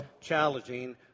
challenging